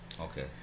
Okay